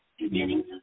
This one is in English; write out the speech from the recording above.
Beginning